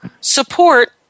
support